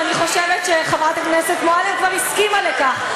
אני חושבת שחברת הכנסת מועלם כבר הסכימה לכך,